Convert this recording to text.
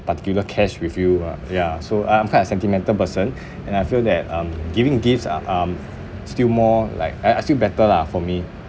particular cash with you uh ya so I~ I'm kind a sentimental person and I feel that um giving gifts are um still more like are are still better lah for me